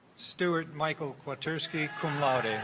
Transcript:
stewart michael quarter ski cum laude